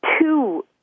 two